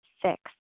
Six